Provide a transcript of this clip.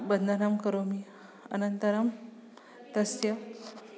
बन्धनं करोमि अनन्तरं तस्य